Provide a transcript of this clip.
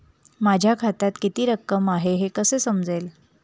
माझ्या खात्यात किती रक्कम आहे हे कसे समजेल?